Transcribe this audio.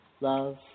love